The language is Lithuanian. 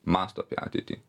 mąsto apie ateitį